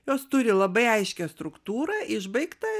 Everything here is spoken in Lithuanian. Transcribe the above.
jos turi labai aiškią struktūrą išbaigtą